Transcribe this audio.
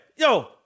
Yo